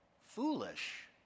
Foolish